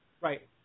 right